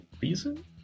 reason